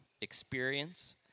experience